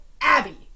Abby